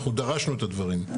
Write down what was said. אנחנו דרשנו את הדברים.